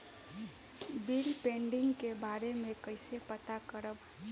Bill pending के बारे में कईसे पता करब?